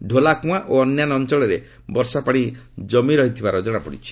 ଢ଼ୋଲାକୁଆଁ ଓ ଅନ୍ୟାନ୍ୟ ଅଞ୍ଚଳରେ ବର୍ଷାପାଣି ଜମି ରହିଥିବାର ଜଣାପଡ଼ିଛି